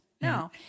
No